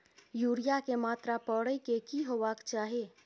Urea के मात्रा परै के की होबाक चाही?